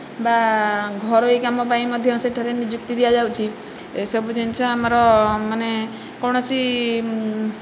ବା ଘରୋଇ କାମ ପାଇଁ ମଧ୍ୟ ସେଠାରେ ନିଯୁକ୍ତି ଦିଆଯାଉଛି ଏସବୁ ଜିନିଷ ଆମର ମାନେ କୌଣସି